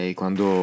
quando